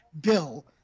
Bill